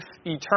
eternal